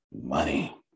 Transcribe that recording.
money